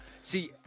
see